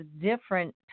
different